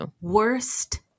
Worst